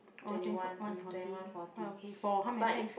one twenty four one forty quite okay for how many pax